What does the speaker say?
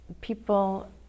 people